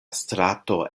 strato